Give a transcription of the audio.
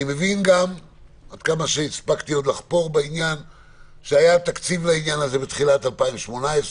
אני מבין גם שהיה תקציב לעניין הזה בתחילת 2018,